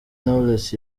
knowless